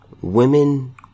women